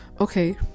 okay